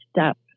step